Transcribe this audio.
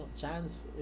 chance